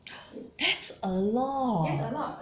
that's a lot